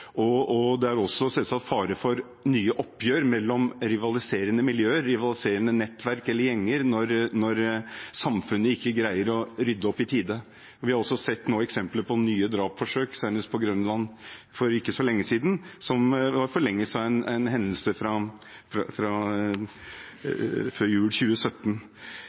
og det er selvsagt også fare for nye oppgjør mellom rivaliserende miljøer, rivaliserende nettverk eller gjenger når samfunnet ikke greier å rydde opp i tide. Vi har også nå sett eksempler på nye drapsforsøk, senest på Grønland for ikke så lenge siden, som var i forlengelsen av en hendelse fra før jul i 2017.